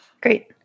great